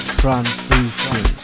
transition